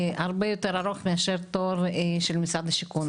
הרבה יותר ארוך מאשר תור של משרד השיכון?